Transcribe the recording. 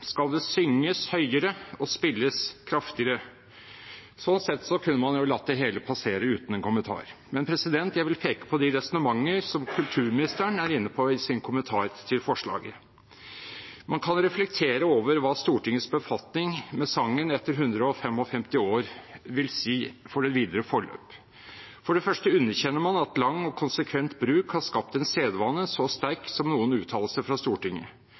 Skal den da spilles oftere, synges høyere og spilles kraftigere? Sånn sett kunne man latt det hele passere uten en kommentar. Men jeg vil peke på de resonnementer som kulturministeren er inne på i sin kommentar til forslaget. Man kan reflektere over hva Stortingets befatning med sangen etter 155 år vil si for det videre forløp. For det første underkjenner man at lang og konsekvent bruk har skapt en sedvane så sterk som noen uttalelse fra Stortinget.